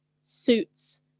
suits